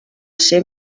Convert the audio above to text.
ser